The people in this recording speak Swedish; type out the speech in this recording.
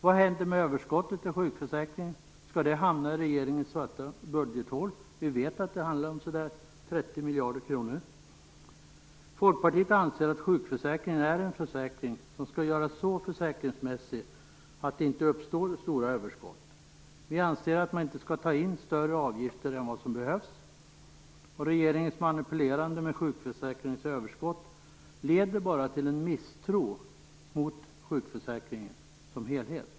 Vad händer med överskottet i sjukförsäkringen? Skall det hamna i regeringens svarta budgethål? Vi vet att det handlar om ca 30 miljarder kronor. Folkpartiet anser att sjukförsäkringen är en försäkring som skall göras så försäkringsmässig att det inte uppstår stora överskott. Vi anser att man inte skall ta in större avgifter än vad som behövs. Regeringens manipulerande med sjukförsäkringens överskott leder bara till en misstro mot sjukförsäkringen som helhet.